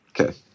Okay